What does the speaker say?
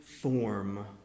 form